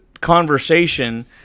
conversation